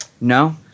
No